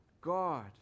God